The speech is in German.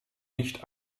nicht